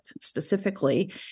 specifically